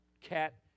cat